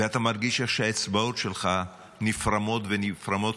ואתה מרגיש איך שהאצבעות שלך נפרמות ונפרמות,